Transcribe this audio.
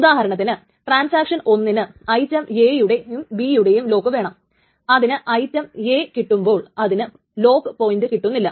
അപ്പോൾ അത് ടൈംസ്റ്റാബ് ഉപയോഗിക്കുകയാണെങ്കിൽ ടൈം സ്റ്റാമ്പ് ഓർട്ടറിങ്ങ് പ്രോട്ടോകോളിൽ അല്ലെങ്കിൽ ഏതൊരു പ്രോട്ടോകോളിലും ഡെഡ് ലോക്ക് ഉണ്ടാകുന്നില്ല